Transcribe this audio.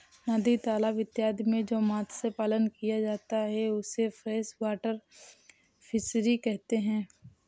नदी तालाब इत्यादि में जो मत्स्य पालन किया जाता है उसे फ्रेश वाटर फिशरी कहते हैं